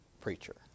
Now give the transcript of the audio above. preacher